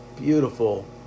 beautiful